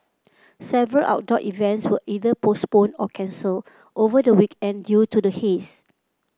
several outdoor events were either postponed or cancelled over the weekend due to the haze